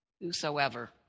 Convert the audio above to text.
Whosoever